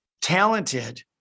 talented